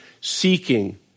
seeking